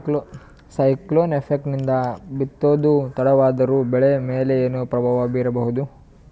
Cyclone effect ನಿಂದ ಬಿತ್ತೋದು ತಡವಾದರೂ ಬೆಳಿ ಮೇಲೆ ಏನು ಪ್ರಭಾವ ಬೀರಬಹುದು?